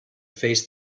face